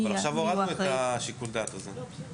עכשיו הורדנו את שיקול הדעת הזה.